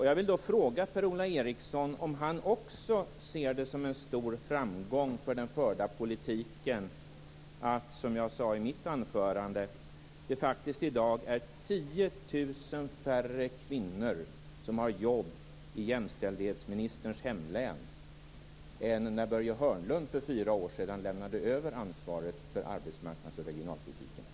Jag vill då fråga Per-Ola Eriksson om han också ser det som en stor framgång för den förda politiken att - som jag sade i mitt anförande - det i dag faktiskt är 10 000 färre kvinnor som har jobb i jämställdhetsministerns hemlän än när Börje Hörnlund för fyra år sedan lämnade över ansvaret för arbetsmarknadsoch regionalpolitiken.